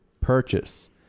purchase